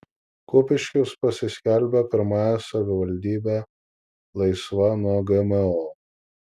kupiškis pasiskelbė pirmąją savivaldybe laisva nuo gmo